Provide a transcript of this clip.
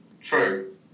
True